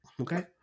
okay